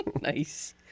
Nice